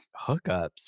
hookups